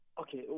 Okay